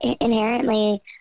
inherently